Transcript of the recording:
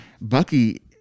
Bucky